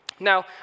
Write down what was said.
Now